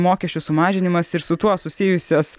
mokesčių sumažinimas ir su tuo susijusios